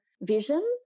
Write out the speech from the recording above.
vision